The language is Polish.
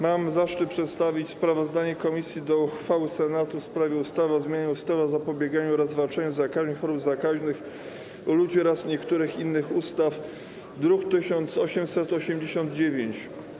Mam zaszczyt przedstawić sprawozdanie komisji o uchwale Senatu w sprawie ustawy o zmianie ustawy o zapobieganiu oraz zwalczaniu zakażeń i chorób zakaźnych u ludzi oraz niektórych innych ustaw, druk 1889.